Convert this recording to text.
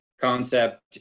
concept